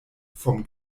vom